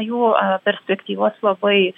jų perspektyvos labai